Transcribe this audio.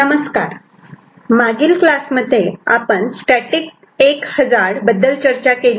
नमस्कार मागील क्लासमध्ये आपण स्टॅटिक 1 हजार्ड बद्दल चर्चा केली